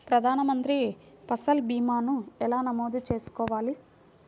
ప్రధాన మంత్రి పసల్ భీమాను ఎలా నమోదు చేసుకోవాలి?